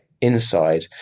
inside